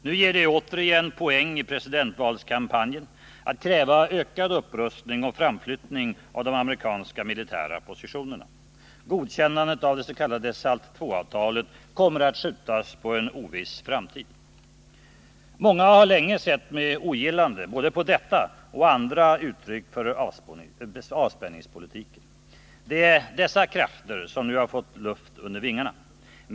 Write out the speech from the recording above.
Nu ger det återigen poäng i presidentvalskampanjen att kräva ökad upprustning och framflyttning av de amerikanska militära positionerna. Godkännandet av det s.k. SALT II-avtalet kommer att skjutas på en oviss framtid. Många har länge sett med ogillande både på detta och på andra uttryck för avspänningspolitiken. Det är dessa som nu fått luft under vingarna.